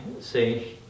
say